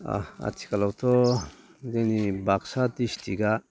ओ आथिखालावथ' जोंनि बाक्सा डिस्ट्रिक्टआ